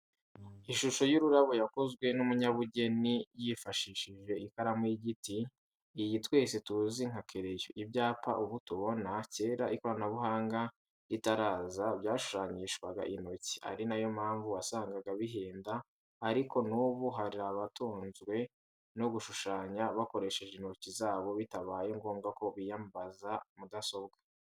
Ishusho y’ururabo yakozwe n’umunyabugeni yifashishije ikaramu y’igiti, iyi twese tuzi nka kereyo. Ibyapa ubu tubona, cyera ikoranabuhanga ritaraza byashushanyishwaga intoki, ari na yo mpamvu wasangaga bihenda, ariko n’ubu hari abatunzwe no gushushanya bakoresheje intoki zabo bitabaye ngombwa ko biyambaza mudasobwa.